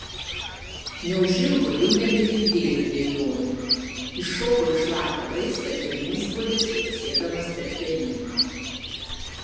neužilgo jau nebegirdėjo dejonių iššoko į šlapią raistą ir nuskuodė šlepsėdamas per pelyną